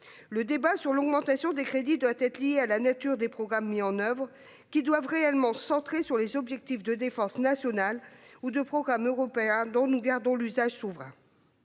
Le débat sur l'augmentation des crédits doit être lié à la nature des programmes mis en oeuvre, qui doivent être réellement centrés sur les objectifs de défense nationale ou de programmes européens dont nous gardons l'usage souverain.